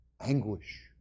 anguish